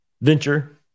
venture